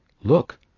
look